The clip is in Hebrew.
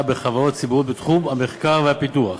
בחברות ציבוריות בתחום המחקר והפיתוח).